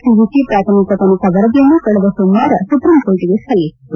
CVC ಪ್ರಾಥಮಿಕ ತನಿಖಾ ವರದಿಯನ್ನು ಕಳೆದ ಸೋಮವಾರ ಸುಪ್ರೀಂಕೋರ್ಟ್ಗೆ ಸಲ್ಲಿಸಿತ್ತು